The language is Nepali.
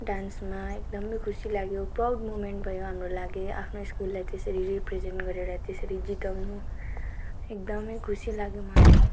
डान्समा एकदमै खुसी लाग्यो प्राउड मुमेन्ट भयो हाम्रो लागि आफ्नो स्कुललाई त्यसरी रिप्रेजेन्ट गरेर त्यसरी जिताउनु एकदमै खुसी लाग्यो मलाई